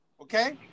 okay